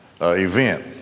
event